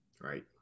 Right